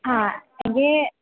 ആ എങ്കില്